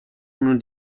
uno